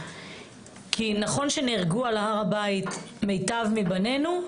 נכון שנהרגו על הר הבית מיטב בנינו,